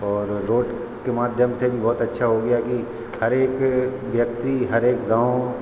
और रोड के माध्यम से भी बहुत अच्छा हो गया है कि हरेक व्यक्ति हरेक गाँव